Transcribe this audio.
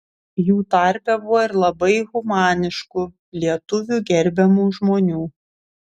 jų tarpe buvo ir labai humaniškų lietuvių gerbiamų žmonių